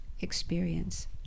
experience